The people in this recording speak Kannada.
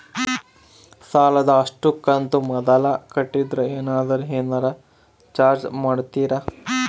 ಸಾಲದ ಅಷ್ಟು ಕಂತು ಮೊದಲ ಕಟ್ಟಿದ್ರ ಏನಾದರೂ ಏನರ ಚಾರ್ಜ್ ಮಾಡುತ್ತೇರಿ?